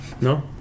No